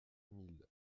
mille